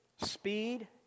speed